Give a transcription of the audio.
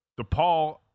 DePaul